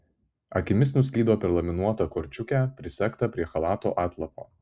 akimis nuslydo per laminuotą korčiukę prisegtą prie chalato atlapo